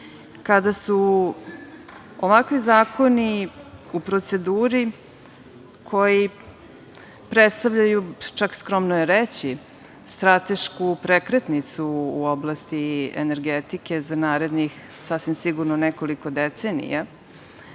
kada su ovakvi zakoni u proceduri koji predstavljaju, čak skromno je reći, stratešku prekretnicu u oblasti energetike za narednih, sasvim sigurno, nekoliko decenija,